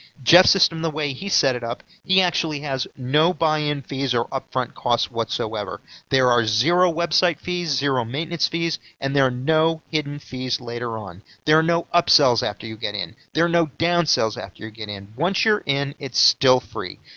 jeff's system the way he's set it up he actually has no buy in fees or upfront costs whatsoever. there are zero website fees, zero maintenance fees and there are no hidden fees later on. there are no upsells after you get in! there are no downsells after you get in. once you're in, it's still free!